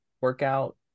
workout